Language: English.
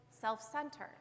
self-centered